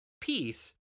Peace